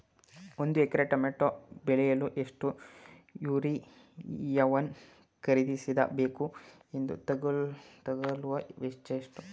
ಒಂದು acre tomato ಬೆಳೆಯಲು ಎಷ್ಟು ಯೂರಿಯಾವನ್ನು ಖರೀದಿಸ ಬೇಕು ಮತ್ತು ತಗಲುವ ವೆಚ್ಚ ಎಷ್ಟು?